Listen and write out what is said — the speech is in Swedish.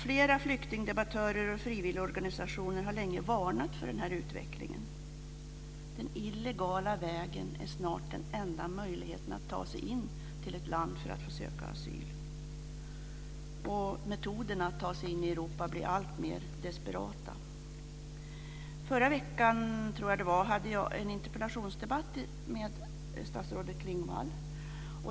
Flera flyktingdebattörer och frivilligorganisationer har länge varnat för den här utvecklingen. Den illegala vägen är snart den enda möjligheten att ta sig till ett land för att få söka asyl, och metoderna att ta sig in i Europa blir alltmer desperata. Förra veckan, tror jag det var, hade jag en interpellationsdebatt med statsrådet Klingvall.